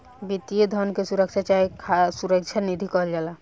वित्तीय धन के सुरक्षा चाहे सुरक्षा निधि कहल जाला